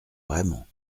vraiment